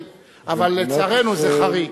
אבל לצערנו זה חריג.